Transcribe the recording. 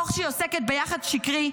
תוך שהיא עוסקת ביחס שקרי,